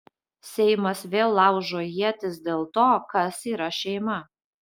seimas vėl laužo ietis dėl to kas yra šeima